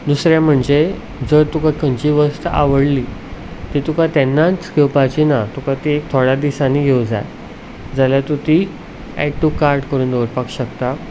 दुसरें म्हणचें जर तुका खंयचीय वस्त आवडली ती तुका तेन्नाच घेवपाची ना तुका ती थोड्या दिसांनी घेवूं जाय जाल्यार तूं ती एड टू कार्ट करून दवरपाक शकता